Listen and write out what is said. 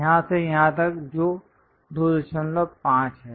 यहाँ से यहाँ तक जो 25 है